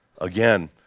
again